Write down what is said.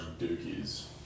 dookies